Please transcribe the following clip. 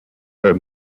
her